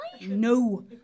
No